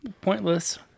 pointless